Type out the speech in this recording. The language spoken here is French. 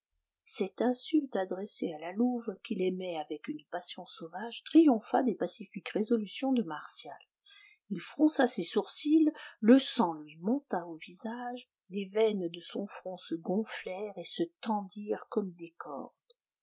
cette insulte adressée à la louve qu'il aimait avec une passion sauvage triompha des pacifiques résolutions de martial il fronça ses sourcils le sang lui monta au visage les veines de son front se gonflèrent et se tendirent comme des cordes